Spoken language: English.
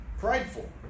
prideful